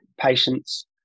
patients